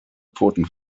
pfoten